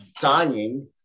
dying